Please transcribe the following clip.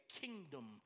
kingdom